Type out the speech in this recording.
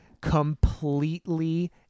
completely